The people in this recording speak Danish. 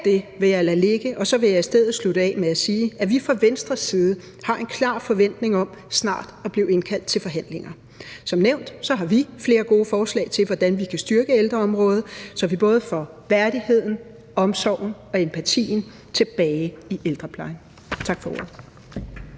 det vil jeg lade ligge, og så vil jeg i stedet slutte af med at sige, at vi fra Venstres side har en klar forventning om snart at blive indkaldt til forhandlinger. Som nævnt har vi flere gode forslag til, hvordan vi kan styrke ældreområdet, så vi både får værdigheden, omsorgen og empatien tilbage i ældreplejen. Tak for ordet.